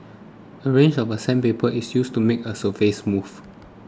a range of sandpaper is used to make the surface smooth